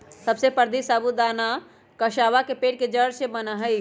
सबसे प्रसीद्ध साबूदाना कसावा पेड़ के जड़ से बना हई